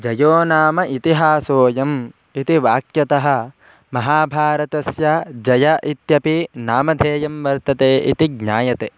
जयो नाम इतिहासोयम् इति वाक्यतः महाभारतस्य जयः इत्यपि नामधेयं वर्तते इति ज्ञायते